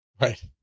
Right